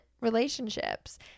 relationships